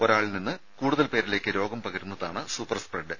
ഒരാളിൽനിന്ന് കൂടുതൽ പേരിലേക്ക് രോഗം പകരുന്നതാണ് സൂപ്പർ സ്പ്രെഡ്